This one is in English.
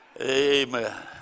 Amen